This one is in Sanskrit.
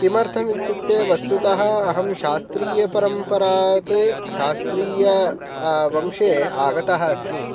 किमर्थम् इत्युक्ते वस्तुतः अहं शास्त्रीयपरम्परात् शास्त्रीयवंशे आगतः अस्मि